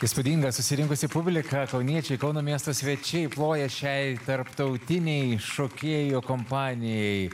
įspūdinga susirinkusi publika kauniečiai kauno miesto svečiai ploja šiai tarptautinei šokėjų kompanijai